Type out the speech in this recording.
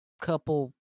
couple